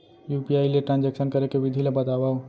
UPI ले transaction करे के विधि ला बतावव?